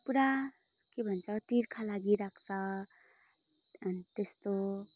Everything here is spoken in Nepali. पुरा के भन्छ तिर्खा लागिरहेको छ अनि त्यस्तो